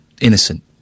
innocent